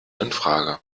infrage